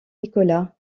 nicolas